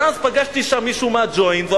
ואז פגשתי שם מישהו מה"ג'וינט" והוא